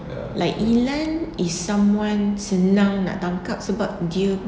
like ilan is some one senang nak tangkap sebab dia